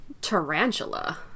tarantula